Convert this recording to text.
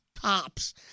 tops